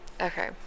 Okay